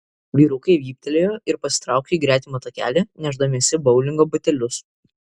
vyrukai vyptelėjo ir pasitraukė į gretimą takelį nešdamiesi boulingo batelius